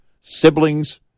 Siblings